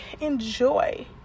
Enjoy